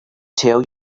tell